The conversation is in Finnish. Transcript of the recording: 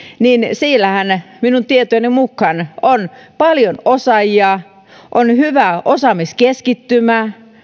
siellähän minun tietojeni mukaan on paljon osaajia on hyvä osaamiskeskittymä